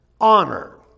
honor